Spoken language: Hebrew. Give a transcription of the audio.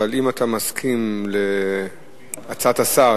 אם אתה מסכים להצעת השר,